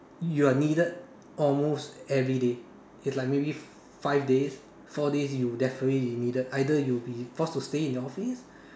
you are needed almost everyday is like maybe five days four days you will definitely be needed either you'll be forced to stay in your office